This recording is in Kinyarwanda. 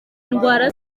indwara